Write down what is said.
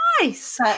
nice